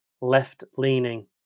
left-leaning